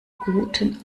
guten